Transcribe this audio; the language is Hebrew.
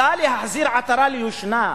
להחזיר עטרה ליושנה,